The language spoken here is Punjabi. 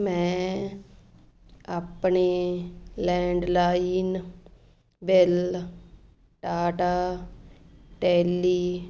ਮੈਂ ਆਪਣੇ ਲੈਂਡਲਾਈਨ ਬਿੱਲ ਟਾਟਾ ਟੈਲੀ